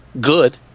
good